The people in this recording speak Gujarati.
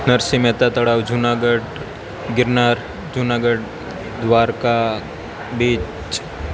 નરસિંહ મહેતા તળાવ જુનાગઢ ગિરનાર જુનાગઢ દ્વારકા બીચ